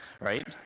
right